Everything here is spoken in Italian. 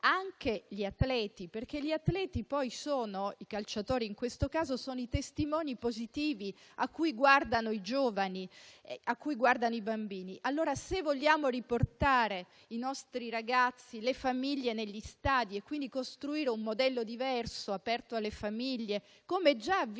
sia gli atleti, perché gli atleti - i calciatori in questo caso - sono i testimoni positivi a cui guardano i giovani, i bambini. Se vogliamo riportare i nostri ragazzi negli stadi e quindi costruire un modello diverso aperto alle famiglie, come già avviene